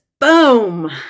boom